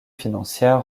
financière